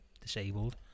disabled